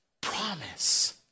promise